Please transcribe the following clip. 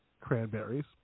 cranberries